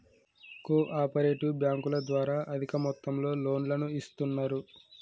co operative బ్యాంకుల ద్వారా అధిక మొత్తంలో లోన్లను ఇస్తున్నరు